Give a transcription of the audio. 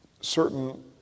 certain